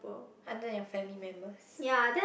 other than your family members